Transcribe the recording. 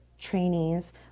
trainees